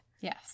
Yes